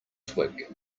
twig